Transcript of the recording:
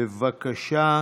בבקשה.